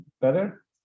better